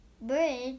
Bridge